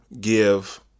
give